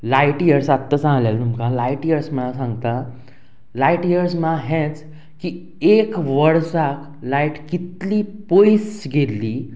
light years आत्तां सांगले तुमकां लायट इयर्स म्हळ्यार सांगता लायट इयर्स म्हळ्यार हेंच की एक वर्साक लायट कितली पयस गेल्ली